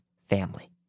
family